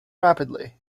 rapidly